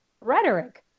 rhetoric